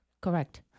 Correct